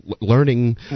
learning